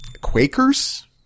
Quakers